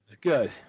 Good